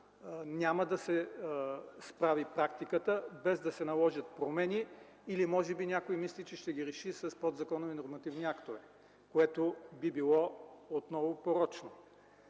няма да се справи, без да се наложат промени или може би някой мисли, че ще ги реши с подзаконови нормативни актове, което би било отново порочно.